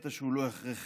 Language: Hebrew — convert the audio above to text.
קטע שהוא לא הכרחי.